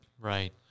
Right